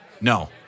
No